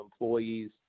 employees